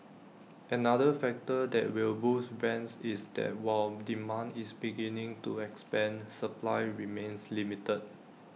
another factor that will boost rents is that while demand is beginning to expand supply remains limited